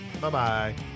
Bye-bye